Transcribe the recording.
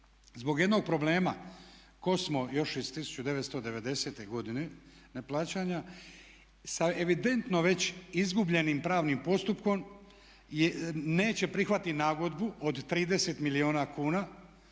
zbog jednog problema kojeg smo još iz 1990. godine neplaćanja sa evidentno već izgubljenim pravnim postupkom neće prihvatiti nagodbu od 30 milijuna kuna